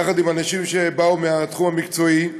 יחד עם אנשים שבאו מהתחום המקצועי,